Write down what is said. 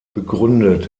begründet